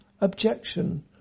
objection